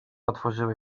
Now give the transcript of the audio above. otworzyły